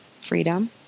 freedom